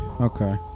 Okay